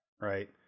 Right